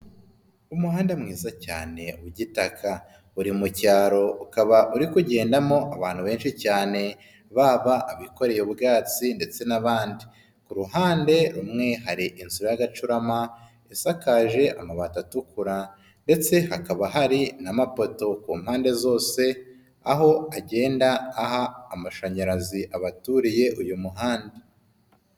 Umuhanda mwiza cyane ugitaka. Uri mu cyaro ukaba uri kugendamo abantu benshi cyane baba abikoreye ubwatsi ndetse n'abandi. Ku ruhande rumwe hari inzira y'agacurama, hari inzu isakaje amabati atukura ndetse hakaba hari n'amapoto ku mpande zose, aho agenda aha amashanyarazi abaturiye uyu muhanda.